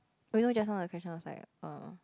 oh you know just now the question was like err